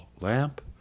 lamp